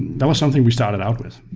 that was something we started out with.